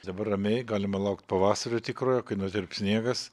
dabar ramiai galima laukt pavasario tikrojo kai nutirps sniegas